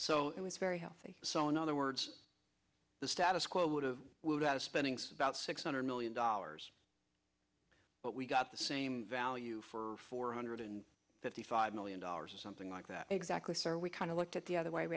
so it was very healthy so in other words the status quo would have spendings about six hundred million dollars but we got the same value for four hundred fifty five million dollars or something like that exactly sir we kind of looked at the other way we